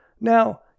Now